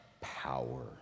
power